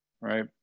right